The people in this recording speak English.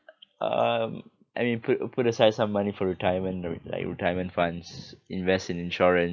um I mean put put aside some money for retirement dur~ like retirement funds invest in insurance